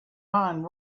mind